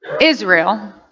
Israel